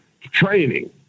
training